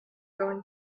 going